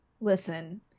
Listen